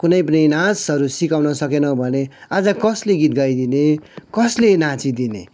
कुनै पनि नाचहरू सिकाउनु सकेन भने आज कसले गीत गाइदिने कसले नाचिदिने